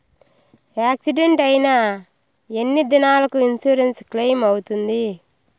Accident అయిన ఎన్ని దినాలకు ఇన్సూరెన్సు క్లెయిమ్ అవుతుంది?